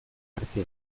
arte